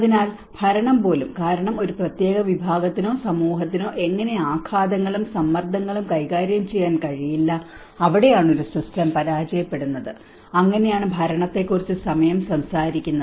അതിനാൽ ഭരണം പോലും കാരണം ഒരു പ്രത്യേക വിഭാഗത്തിനോ സമൂഹത്തിനോ എങ്ങനെ ആഘാതങ്ങളും സമ്മർദ്ദങ്ങളും കൈകാര്യം ചെയ്യാൻ കഴിയില്ല അവിടെയാണ് ഒരു സിസ്റ്റം പരാജയപ്പെടുന്നത് അങ്ങനെയാണ് ഭരണത്തെക്കുറിച്ച് സമയം സംസാരിക്കുന്നത്